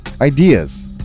ideas